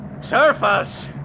Surface